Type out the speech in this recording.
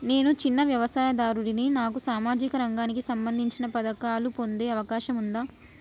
నేను చిన్న వ్యవసాయదారుడిని నాకు సామాజిక రంగానికి సంబంధించిన పథకాలు పొందే అవకాశం ఉందా?